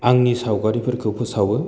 आंनि सावगारिफोरखौ फोसावो